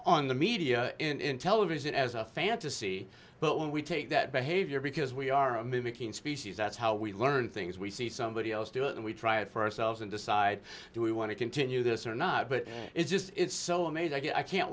on the media in television as a fantasy but when we take that behavior because we are a mimicking species that's how we learn things we see somebody else do it and we try it for ourselves and decide do we want to continue this or not but it's just it's so amazing i can't